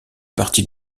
partie